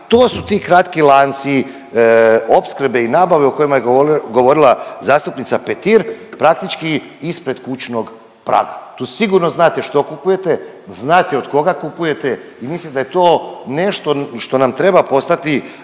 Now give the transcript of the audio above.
to su ti kratki lanci opskrbe i nabave o kojima je govorila zastupnica Petir praktički ispred kućnog praga. Tu sigurno znate što kupujete, znate od koga kupujete i mislim da je to nešto što nam treba postati